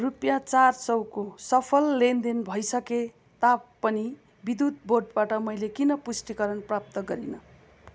रुपियाँ चार सयको सफल लेनदेन भइसके तापनि विद्युत बोर्डबाट मैले किन पुष्टिकरण प्राप्त गरिनँ